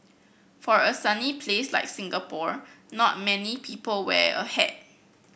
for a sunny place like Singapore not many people wear a hat